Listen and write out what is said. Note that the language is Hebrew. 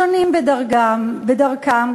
שונים בדרכם.